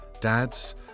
dads